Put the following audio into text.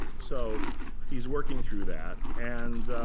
so he's working through that. and